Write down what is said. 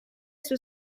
sue